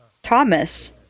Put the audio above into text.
Thomas